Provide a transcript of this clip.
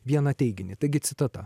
vieną teiginį taigi citata